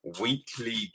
Weekly